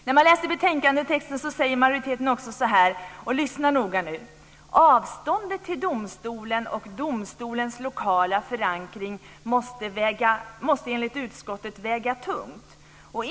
När man läser betänkandetexten ser man att majoriteten också säger så här, och lyssna noga nu: "Den geografiska närheten till domstolen och domstolens lokala förankring i allmänhet måste enligt utskottets mening få väga tungt.